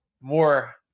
more